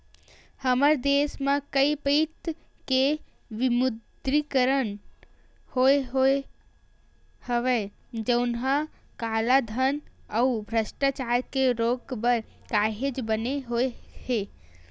हमर देस म कइ पइत के विमुद्रीकरन होय होय हवय जउनहा कालाधन अउ भस्टाचारी के रोक बर काहेक बने होय हे